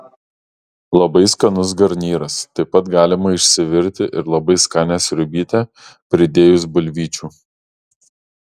labai skanus garnyras taip pat galima išsivirti ir labai skanią sriubytę pridėjus bulvyčių